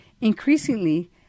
Increasingly